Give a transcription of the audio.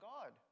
God